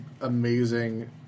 amazing